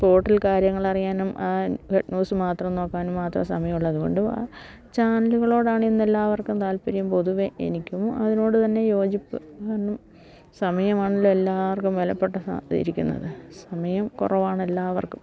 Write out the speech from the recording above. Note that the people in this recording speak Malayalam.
സ്പോർട്ടിൽ കാര്യങ്ങൾ അറിയാനും ആ ഹെഡ് ന്യൂസ് മാത്രം നോക്കാനും മാത്രം സമയമുള്ളതു കൊണ്ട് ആ ചാനലുകളോടാണ് ഇന്നെല്ലാവർക്കും താല്പര്യം പൊതുവെ എനിക്കും അതിനോട് തന്നെ യോജിപ്പ് കാരണം സമയമാണല്ലോ എല്ലാവർക്കും വിലപ്പെട്ട സാ ഇരിക്കുന്നത് സമയം കുറവാണ് എല്ലാവർക്കും